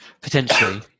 Potentially